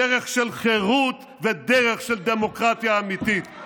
דרך של חירות ודרך של דמוקרטיה אמיתית.